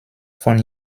von